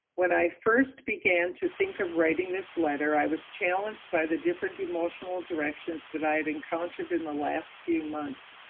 when i first began to think of writing this letter i was challenged by the different emotional directions that i had encountered providing in the last few months.